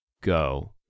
go